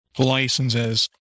licenses